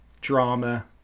drama